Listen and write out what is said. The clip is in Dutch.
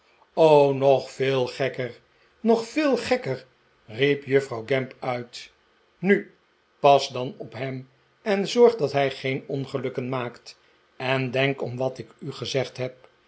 nog veel gekker nog veel gekker riep juffrouw gamp uit nu pas dan op hem en zorg dat hij geen ongelukken maakt en denk om wat ik u gezegd heb